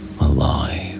alive